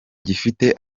gifite